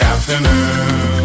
Afternoon